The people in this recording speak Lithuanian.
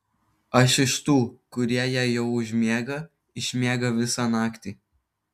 aš iš tų kurie jei jau užmiega išmiega visą naktį